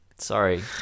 Sorry